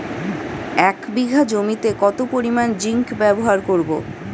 এক বিঘা জমিতে কত পরিমান জিংক ব্যবহার করব?